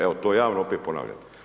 Evo to javno opet ponavljam.